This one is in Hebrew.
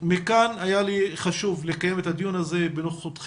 מכאן היה לי חשוב לקיים את הדיון הזה בנוכחותכם,